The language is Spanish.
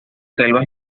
selvas